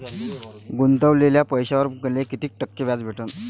गुतवलेल्या पैशावर मले कितीक टक्के व्याज भेटन?